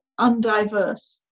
undiverse